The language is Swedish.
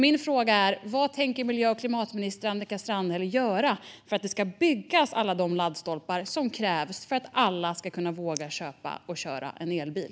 Min fråga är vad klimat och miljöminister Annika Strandhäll tänker göra för att de ska byggas, alla de laddstolpar som krävs för att alla ska våga köpa och kunna köra en elbil.